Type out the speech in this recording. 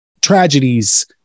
Tragedies